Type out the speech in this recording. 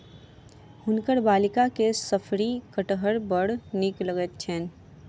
हुनकर बालिका के शफरी कटहर बड़ नीक लगैत छैन